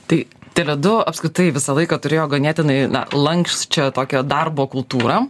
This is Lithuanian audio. tai tele du apskritai visą laiką turėjo ganėtinai na lanksčią tokią darbo kultūrą